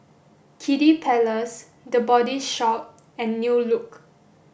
Kiddy Palace the Body Shop and New Look